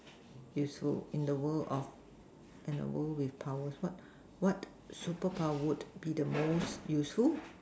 useful in the world of and the world is powered what the super power is the most useful